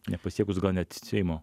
nepasiekus gal net seimo